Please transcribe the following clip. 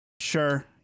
sure